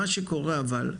מה שקורה, אבל,